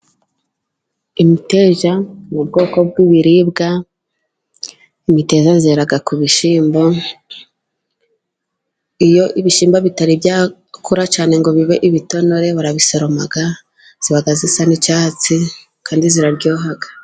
Imiteja ni ubwoko bw'ibiribwa, imteja yera ku bishyimbo, iyo ibishyimbo bitari byakura cyane ngo bibe ibitonore, barabisoroma, iba isa n'icyatsi, kandi iraryoha.